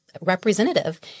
representative